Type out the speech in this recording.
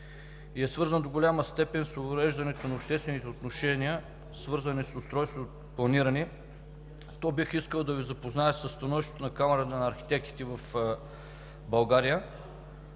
и е свързан до голяма степен с увреждането на обществените отношения, свързани с устройственото планиране, бих искал да Ви запозная със становището на Камарата на архитектите в България.